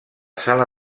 sala